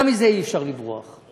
גם מזה אי-אפשר לברוח.